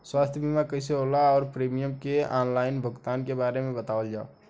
स्वास्थ्य बीमा कइसे होला और प्रीमियम के आनलाइन भुगतान के बारे में बतावल जाव?